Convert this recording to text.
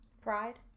pride